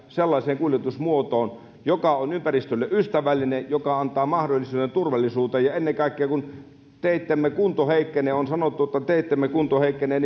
sellaiseen kuljetusmuotoon joka on ympäristölle ystävällinen ja joka antaa mahdollisuuden turvallisuuteen ennen kaikkea kun teidemme kunto heikkenee on sanottu että teidemme kunto heikkenee